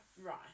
Right